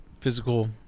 physical